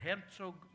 של הרצוג,